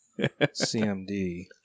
CMD